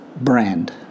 brand